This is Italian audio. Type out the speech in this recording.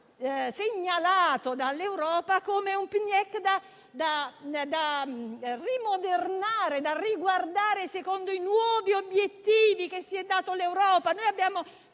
già segnalato dall'Europa come un PNIEC da rimodernare e da riguardare secondo i nuovi obiettivi che si è data l'Europa.